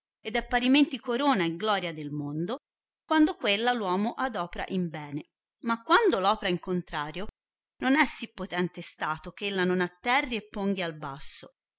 ed è parimenti corona e gloria del mondo quando quella uomo adopra in bene ma quando lo opra in contrario non è sì potente stato eh ella non atterri e ponghi al basso